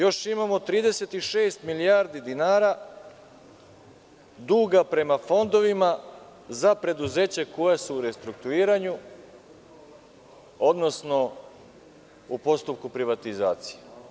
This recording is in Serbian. Još imamo 36 milijardi dinara duga prema fondovima za preduzeća koja su u restrukturiranju, odnosno u postupku privatizacija.